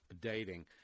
dating